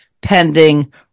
pending